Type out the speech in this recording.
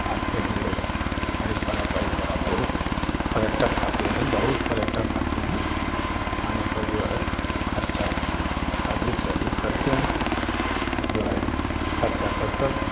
आते हैं लोग परे परा परे परा बहुत पर्यटक आते हैं बहुत पर्यटक आते हैं आने पर जो है खर्चा अधिक से अधिक करते हैं और जो है खर्चा कर करके